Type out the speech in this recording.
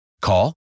Call